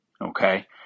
okay